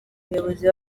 umuyobozi